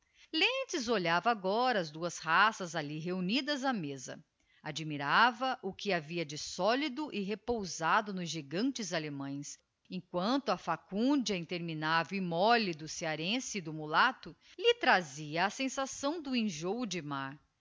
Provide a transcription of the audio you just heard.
lentz olhava agora as duas raças alli reunidas á mesa admirava o que havia de solido e repousado nos gigantes allemães emquanto a facúndia interminável e molle do cearense e do mulato lhe trazia a sensação do enjoo de mar